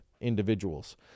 individuals